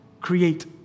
Create